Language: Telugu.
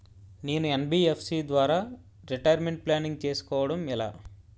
నేను యన్.బి.ఎఫ్.సి ద్వారా రిటైర్మెంట్ ప్లానింగ్ చేసుకోవడం ఎలా?